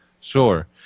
Sure